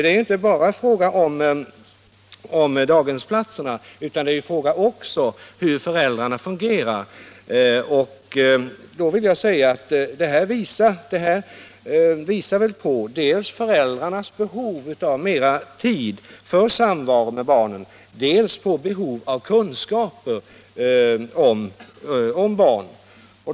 Detta är inte bara en fråga om daghemsplatser utan också om hur föräldrarna fungerar. Undersökningen visar väl dels att föräldrarna har behov av mera tid för samvaro med barnen, dels att det föreligger ett behov av kunskaper om barn.